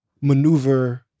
maneuver